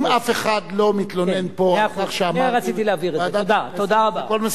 אם אף אחד לא מתלונן פה על כך שאמרתי ועדת הכנסת הכול מסודר.